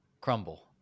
crumble